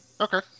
Okay